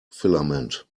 filament